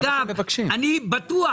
אני בטוח,